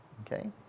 Okay